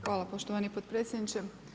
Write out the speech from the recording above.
Hvala poštovani podpredsjedniče.